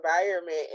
environment